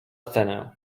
scenę